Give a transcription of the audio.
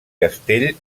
castell